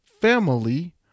family